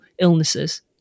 illnesses